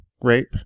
rape